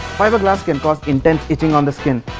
fiberglass can cause intense itching on the skin!